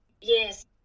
Yes